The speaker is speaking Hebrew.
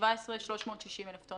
וב-2017 360,000 טון.